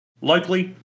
Locally